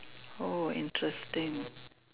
oh interesting